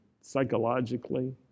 psychologically